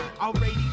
Already